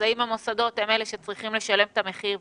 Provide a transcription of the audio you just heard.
האם המוסדות הם אלה שצריכים לשלם את המחיר.